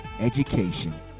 education